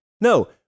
No